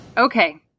Okay